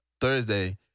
Thursday